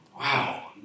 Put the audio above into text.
Wow